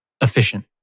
Efficient